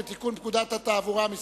מס' 5); הצעת חוק לתיקון פקודת התעבורה (מס'